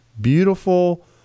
beautiful